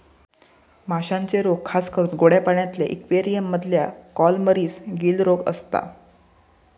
माश्यांचे रोग खासकरून गोड्या पाण्यातल्या इक्वेरियम मधल्या कॉलमरीस, गील रोग असता